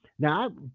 Now